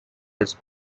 his